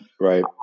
Right